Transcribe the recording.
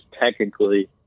technically